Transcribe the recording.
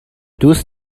دوست